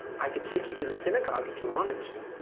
i could take you to the synagogue if you wanted to.